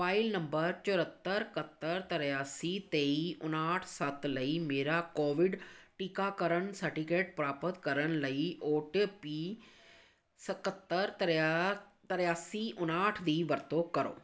mobile number ਚੁਹੱਤਰ ਇਕੱਤਰ ਤ੍ਰਿਆਸੀ ਤੇਈ ਉਣਾਹਠ ਸੱਤ ਲਈ ਮੇਰਾ ਕੋਵਿਡ ਟੀਕਾਕਰਨ ਸਰਟੀਫਿਕੇਟ ਪ੍ਰਾਪਤ ਕਰਨ ਲਈ ਓ ਟੀ ਪੀ ਇਕੱਤਰ ਤਰਿਆ ਤ੍ਰਿਆਸੀ ਉਣਾਹਠ ਦੀ ਵਰਤੋਂ ਕਰੋ